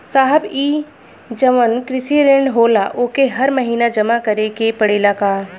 साहब ई जवन कृषि ऋण होला ओके हर महिना जमा करे के पणेला का?